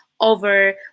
over